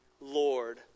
Lord